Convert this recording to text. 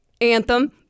anthem